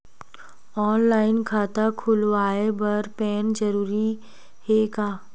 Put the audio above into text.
Online खाता खुलवाय बर पैन जरूरी हे का?